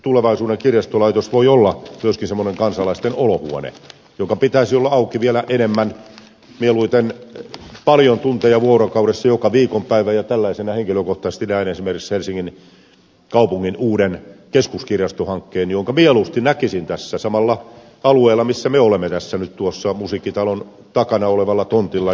tulevaisuuden kirjastolaitos voi olla myöskin semmoinen kansalaisten olohuone jonka pitäisi olla auki vielä enemmän mieluiten paljon tunteja vuorokaudessa joka viikonpäivä ja tällaisena henkilökohtaisesti näin esimerkiksi helsingin kaupungin uuden keskuskirjastohankkeen jonka mieluusti näkisin tässä samalla alueella missä me olemme tässä nyt tuossa musiikkitalon takana olevalla tontilla